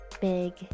big